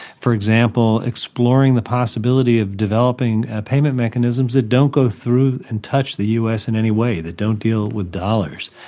for example, exploring the possibility of developing payment mechanisms that don't go through and touch the u s. in any way, that don't deal with dollars.